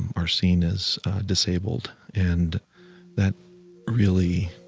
and are seen as disabled. and that really